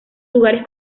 lugares